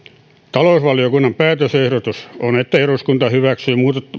talousvaliokunnan päätösehdotus on että eduskunta hyväksyy